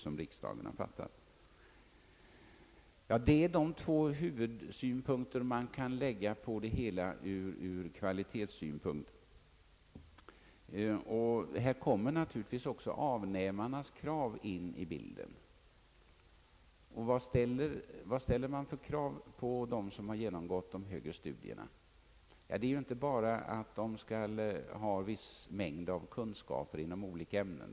Detta är de två huvudsynpunkter man kan lägga på frågan om kvaliteten. Här kommer naturligtvis också avnämarnas krav in i bilden. Vad ställer de för krav på dem som har genomgått högre studier? Det är inte bara att de skall ha en viss mängd kunskaper inom olika områden.